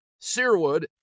Searwood